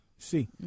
See